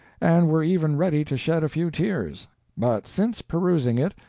and were even ready to shed a few tears but since perusing it,